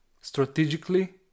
strategically